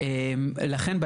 יכול להיות גם מתחת.